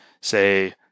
say